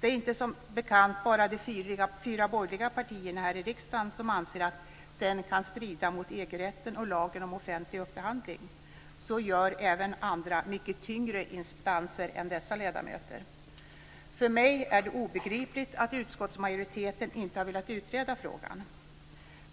Det är inte som bekant bara de fyra borgerliga partierna här i riksdagen som anser att den kan strida mot EG-rätten och lagen om offentlig upphandling. Så gör även andra mycket tyngre instanser än dessa ledamöter. För mig är det obegripligt att utskottsmajoriteten inte har velat utreda frågan.